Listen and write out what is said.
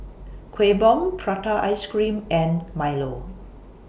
Kueh Bom Prata Ice Cream and Milo